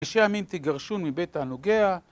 נשי עמי תגרשון מבית תענוגיה